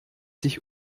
sich